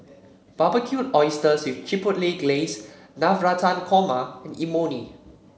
Barbecued Oysters with Chipotle Glaze Navratan Korma and Imoni